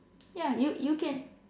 ya you you can